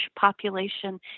population